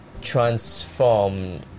transform